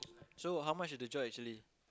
so how much is the job actually